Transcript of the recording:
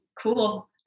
cool